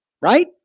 right